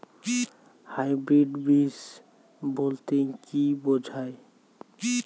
Hybrid বীজ বলতে কী বোঝায়?